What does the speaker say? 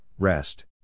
rest